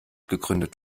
gegründet